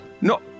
No